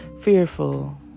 fearful